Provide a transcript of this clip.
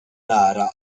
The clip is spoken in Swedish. nära